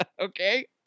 Okay